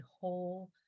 whole